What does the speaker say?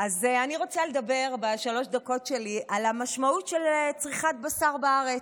אז אני רוצה לדבר בשלוש הדקות שלי על המשמעות של צריכת בשר בארץ,